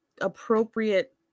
appropriate